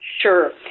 Sure